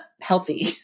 healthy